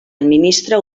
administra